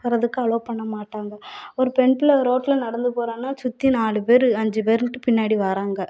வர்றதுக்கு அலோவ் பண்ண மாட்டாங்க ஒரு பெண் பிள்ளை ரோட்டில் நடந்து போகிறான்னா சுற்றி நாலுப்பேர் அஞ்சுப்பேருன்னுட்டு பின்னாடி வாராங்க